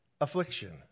affliction